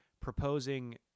proposing